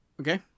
Okay